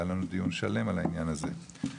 היה לנו דיון שלם על העניין הזה,